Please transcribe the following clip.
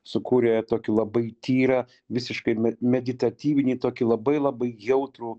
sukūrė tokį labai tyrą visiškai meditatyvinį tokį labai labai jautrų